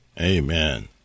Amen